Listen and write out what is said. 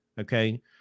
okay